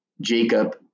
Jacob